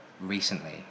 recently